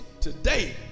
today